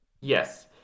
Yes